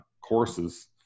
courses